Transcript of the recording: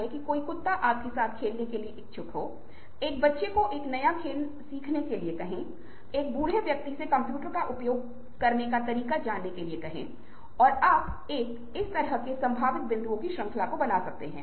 अब अगली स्लाइड पर आते हैं कि क्या आप हमारी चर्चा के अंक के शैली की संख्या जानते हैं इसलिए कुछ शैलीएं हैं जो बातचीत से संबंधित हैं पहला एक टालनेवाला"Avoider" है